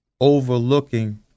overlooking